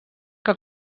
que